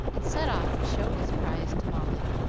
and set off to show his prize to molly.